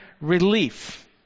relief